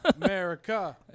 America